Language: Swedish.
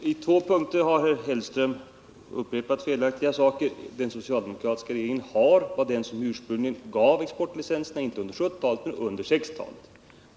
Herr talman! På två punkter har herr Hellström upprepat felaktiga saker. Den socialdemokratiska regeringen var den som ursprungligen gav exportlicenserna — inte under 1970-talet men under 1960-talet.